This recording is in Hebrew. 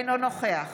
אינו נוכח